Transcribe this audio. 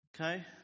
okay